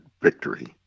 victory